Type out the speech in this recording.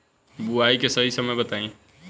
बुआई के सही समय बताई?